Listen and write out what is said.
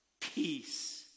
peace